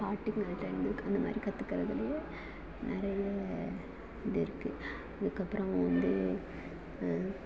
பாட்டிங்கள்கிட்டேருந்து அந்த மாதிரி கற்றுக்கறதுலையே நிறைய இது இருக்கு அதுக்கப்புறோம் வந்து